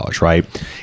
right